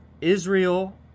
Israel